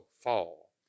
fall